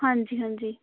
ਹਾਂਜੀ ਹਾਂਜੀ